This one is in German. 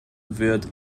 wird